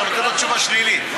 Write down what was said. אתה נותן לו תשובה שלילית.